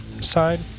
side